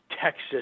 Texas